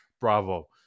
Bravo